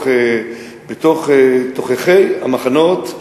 בתוך תוככי המחנות,